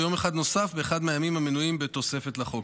ויום אחד נוסף באחד מהימים המנויים בתוספת לחוק.